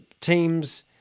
teams